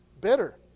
Bitter